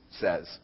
says